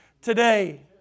today